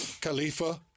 Khalifa